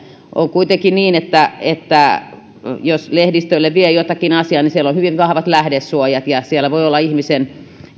kuitenkin niin että jos lehdistölle vie jotakin asiaa niin siellä on hyvin vahvat lähdesuojat ja voi olla että ihmisen